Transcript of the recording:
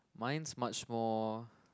mine's much more